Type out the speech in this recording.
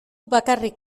bakarrik